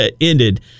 ended